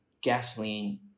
gasoline